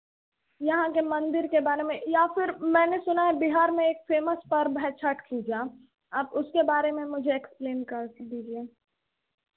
यहाँ के मंदिर के बारे में या फिर मैंने सुना है बिहार में एक फेमस पर्व है छठ पूजा आप उसके बारे में मुझे एक्सप्लेन कर दीजिए